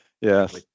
Yes